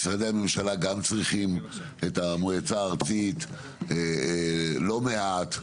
משרדי הממשלה גם צריכים את המועצה הארצית לא מעט.